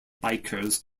bikers